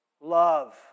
love